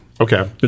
Okay